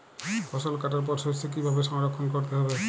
ফসল কাটার পর শস্য কীভাবে সংরক্ষণ করতে হবে?